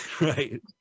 right